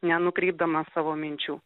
nenukreipdamas savo minčių